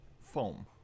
foam